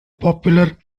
popular